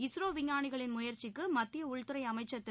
இஸ்ரோ விஞ்ஞானிகளின் முயற்சிக்கு மத்திய உள்துறை அமைச்சர் திரு